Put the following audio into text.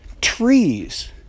Trees